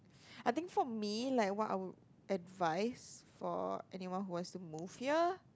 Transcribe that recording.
I think for me like what I would advice for anyone who wants to move here